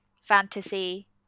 fantasy